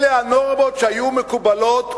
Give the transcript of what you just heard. אלה הנורמות שהיו מקובלות כאן,